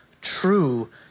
true